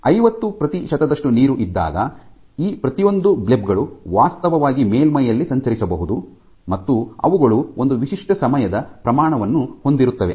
ಐವತ್ತು ಪ್ರತಿಶತದಷ್ಟು ನೀರು ಇದ್ದಾಗ ಈ ಪ್ರತಿಯೊಂದು ಬ್ಲೆಬ್ ಗಳು ವಾಸ್ತವವಾಗಿ ಮೇಲ್ಮೈಯಲ್ಲಿ ಸಂಚರಿಸಬಹುದು ಮತ್ತು ಅವುಗಳು ಒಂದು ವಿಶಿಷ್ಟ ಸಮಯದ ಪ್ರಮಾಣವನ್ನು ಹೊಂದಿರುತ್ತವೆ